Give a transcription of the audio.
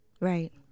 Right